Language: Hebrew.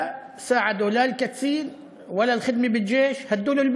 לא עזר לו לא הקצונה ולא השירות בצבא.